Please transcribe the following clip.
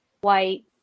white